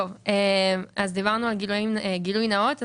דיברנו על גלוי נאות.